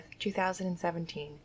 2017